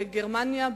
בגרמניה,